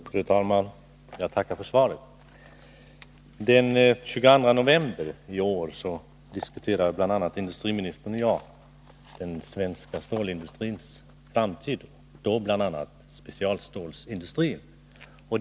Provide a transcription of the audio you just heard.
Fru talman! Jag tackar för svaret. Den 22 november 1982 diskuterade bl.a. industriministern och jag den svenska stålindustrins framtid och även frågan om specialstålsindustrin.